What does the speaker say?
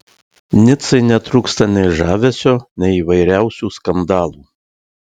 nicai netrūksta nei žavesio nei įvairiausių skandalų